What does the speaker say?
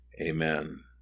Amen